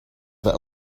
that